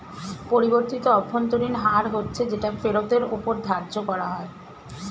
পরিবর্তিত অভ্যন্তরীণ হার হচ্ছে যেটা ফেরতের ওপর ধার্য করা হয়